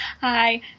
Hi